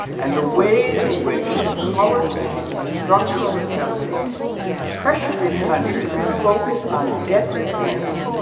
and the ways in which the policies of structural adjustment pressured these countries to focus on debt repayment,